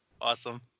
Awesome